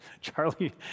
Charlie